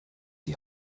die